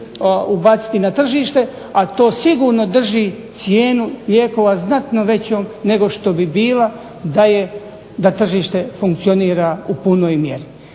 ubaciti na tržište, a to sigurno drži cijenu lijekova znatno većom nego što bi bila da je, da tržište funkcionira u punoj mjeri.